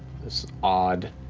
this odd,